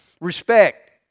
Respect